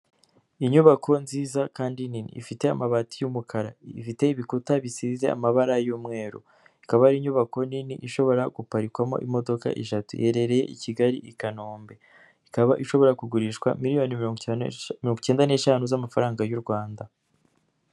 Inyubako nziza kandi nini, ifite amabati y'umukara, ifite ibikuta bisize amabara y'umweru, ikaba ari inyubako nini, ishobora guparikwamo imodoka eshatu, iherereye i Kigali i Kanombe, ikaba ishobora kugurishwa miliyoni mirongo icyenda neshanu z'amafaranga y'u Rwanda.